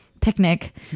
picnic